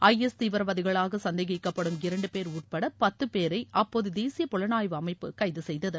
IS தீவிரவாதிகளாக சந்தேகிக்கப்படும் இரண்டு பேர் உட்பட பத்து பேரை அப்போது தேசிய புலனாய்வு அமைப்பு கைது செய்தது